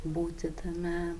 būti tame